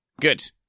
Good